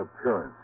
appearance